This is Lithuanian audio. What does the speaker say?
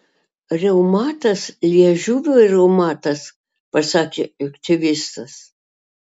reumatas liežuvio reumatas pasakė aktyvistas